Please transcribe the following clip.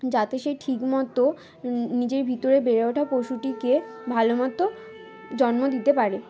যাতে সে ঠিক মতো নিজের ভিতরে বেড়ে ওঠা পশুটিকে ভালো মতো জন্ম দিতে পারে